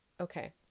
Okay